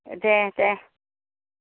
दे दे